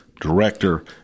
director